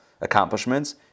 accomplishments